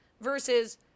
versus